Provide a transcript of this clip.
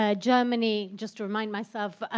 ah germany just to remind myself,